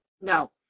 No